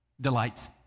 Delights